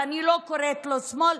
ואני לא קוראת לו שמאל,